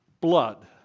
Blood